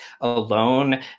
alone